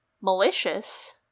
malicious